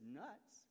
nuts